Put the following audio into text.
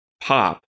pop